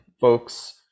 folks